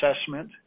assessment